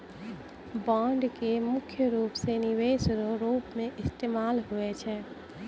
bond के मुख्य रूप से निवेश रो रूप मे इस्तेमाल हुवै छै